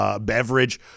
beverage